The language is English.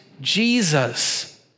Jesus